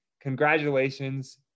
Congratulations